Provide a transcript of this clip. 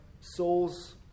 souls